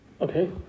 Okay